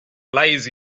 lies